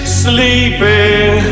sleeping